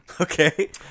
Okay